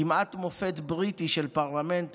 כמעט מופת בריטי של פרלמנט,